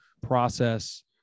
process